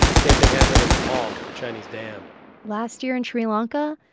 same thing happened in nepal with a chinese dam last year in sri lanka,